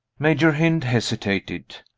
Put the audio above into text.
major hynd hesitated.